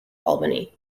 albany